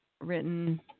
Written